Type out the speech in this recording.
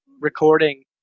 recording